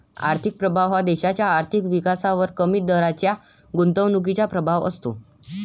आर्थिक प्रभाव हा देशाच्या आर्थिक विकासावर कमी दराच्या गुंतवणुकीचा प्रभाव असतो